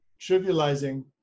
trivializing